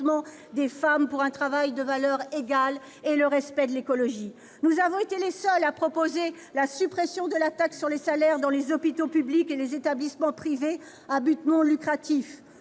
des femmes pour un travail de valeur égale et le respect de l'écologie. Nous avons aussi été les seuls à proposer la suppression de la taxe sur les salaires dans les hôpitaux publics et les établissements privés à but non lucratif.